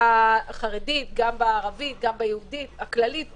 הערבית, החרדית והכללית כולה,